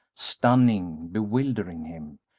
stunning, bewildering him,